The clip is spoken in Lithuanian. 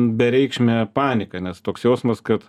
bereikšmė panika nes toks jausmas kad